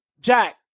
Jack